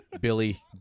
Billy